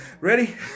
ready